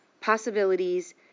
possibilities